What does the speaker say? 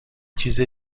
چیز